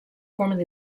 formerly